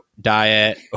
diet